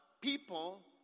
people